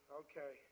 okay